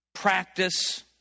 practice